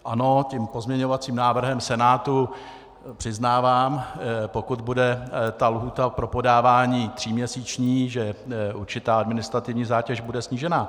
Ano, tím pozměňovacím návrhem Senátu, přiznávám, pokud bude lhůta pro podávání tříměsíční, určitá administrativní zátěž bude snížena.